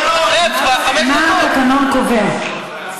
מה התקנון קובע?